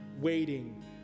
waiting